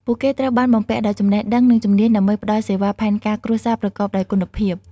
ពួកគេត្រូវបានបំពាក់ដោយចំណេះដឹង និងជំនាញដើម្បីផ្តល់សេវាផែនការគ្រួសារប្រកបដោយគុណភាព។